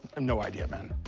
um no idea, man.